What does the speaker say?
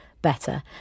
better